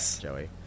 Joey